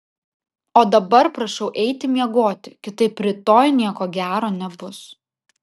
o dabar prašau eiti miegoti kitaip rytoj nieko gero nebus